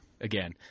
again